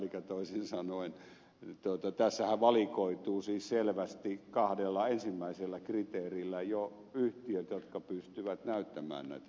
elikkä toisin sanoen tässähän valikoituu siis selvästi kahdella ensimmäisellä kriteerillä jo yhtiöt jotka pystyvät näyttämään näitä ohjelmia